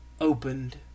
opened